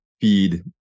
feed